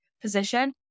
position